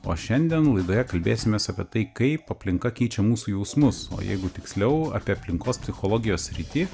o šiandien laidoje kalbėsimės apie tai kaip aplinka keičia mūsų jausmus o jeigu tiksliau apie aplinkos psichologijos sritį